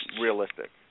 realistic